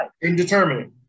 Indeterminate